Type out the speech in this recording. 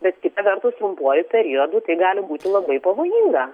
bet kita vertus trumpuoju periodu tai gali būti labai pavojinga